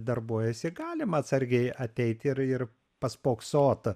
darbuojasi galima atsargiai ateiti ir ir paspoksot